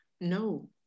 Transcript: No